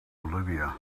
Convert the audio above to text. olivia